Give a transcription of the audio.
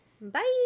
Bye